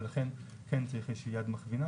ולכן כן צריך איזו שהיא יד מכווינה